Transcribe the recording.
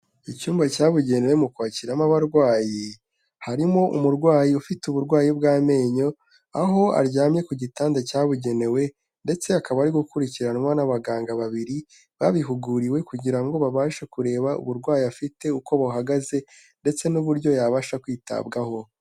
Icyumba cyabugenewe mu kwakiramo abarwayi harimo umurwayi ufite uburwayi bw'amenyo, aho aryamye ku gitanda cyabugenewe ndetse akaba ari gukurikiranwa n'abaganga babiri babihuguriwe kugira ngo babashe kureba uburwayi afite uko buhagaze ndetse n'uburyo yabasha kwitabwaho.